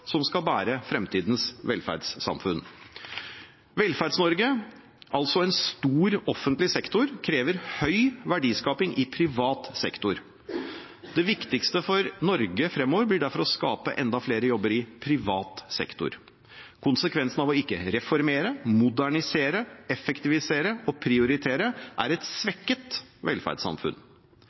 som skal bære fremtidens velferdssamfunn. Velferds-Norge, altså en stor offentlig sektor, krever høy verdiskaping i privat sektor. Det viktigste for Norge fremover blir derfor å skape enda flere jobber i privat sektor. Konsekvensen av å ikke reformere, modernisere, effektivisere og prioritere er et svekket velferdssamfunn.